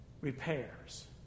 repairs